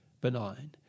benign